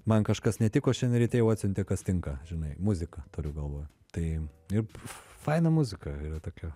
man kažkas netiko šiandien ryte jau atsiuntė kas tinka žinai muziką turiu galvoj tai ir faina muzika yra tokia